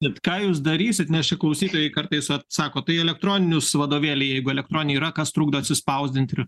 bet ką jūs darysit nes čia klausytojai kartais vat sako tai elektroninius vadovėliai jeigu elektroniniai yra kas trukdo atsispausdint